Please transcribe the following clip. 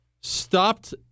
stopped